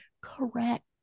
Correct